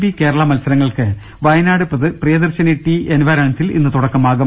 B Kerala മ ത്സരങ്ങൾക്ക് Wayanad Priyadarshini tea എൻവയറൺസിൽ ഇന്ന് തുടക്ക മാകും